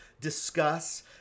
discuss